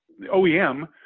OEM